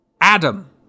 Adam